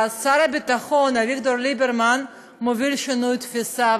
שר הביטחון אביגדור ליברמן מוביל שינוי תפיסה,